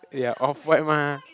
ya off-white mah